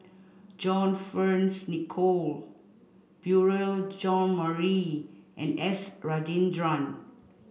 John Fearns Nicoll Beurel Jean Marie and S Rajendran